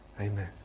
Amen